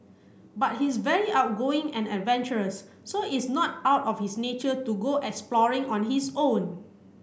but he's very outgoing and adventurous so it's not out of his nature to go exploring on his own